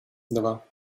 два